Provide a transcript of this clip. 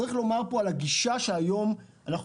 צריך לומר פה על הגישה בה אנחנו מתנהלים.